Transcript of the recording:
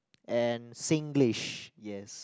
and Singlish yes